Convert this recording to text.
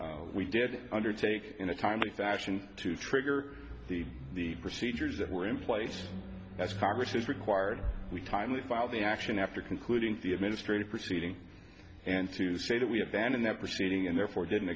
we did undertake in a timely fashion to trigger the the procedures that were in place as congress has required we time we filed the action after concluding the administrative proceeding and to say that we abandoned that proceeding and therefore didn't